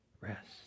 rest